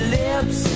lips